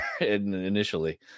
initially